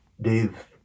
Dave